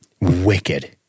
Wicked